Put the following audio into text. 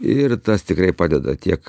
ir tas tikrai padeda tiek